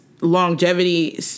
longevity